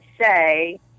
say